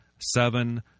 seven